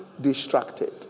distracted